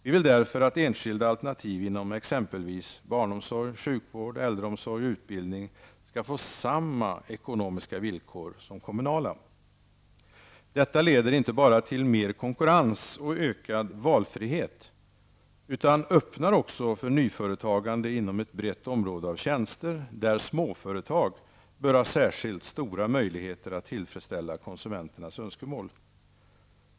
Vi vill därför att enskilda alternativ inom exempelvis barnomsorg, sjukvård, äldreomsorg och utbildning skall få samma ekonomiska villkor som kommunala. Detta leder inte bara till mer konkurrens och ökad valfrihet utan öppnar också för nyföretagande inom ett brett område av tjänster där småföretag bör ha särskilt stora möjligheter att tillfredsställa konsumenternas önskemål.